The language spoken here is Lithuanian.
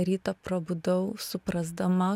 rytą prabudau suprasdama